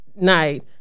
night